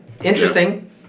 interesting